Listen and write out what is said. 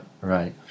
right